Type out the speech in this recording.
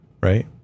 right